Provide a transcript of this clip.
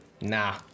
nah